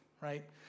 right